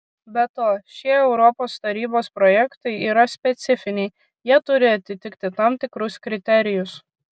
be to šie europos tarybos projektai yra specifiniai jie turi atitikti tam tikrus kriterijus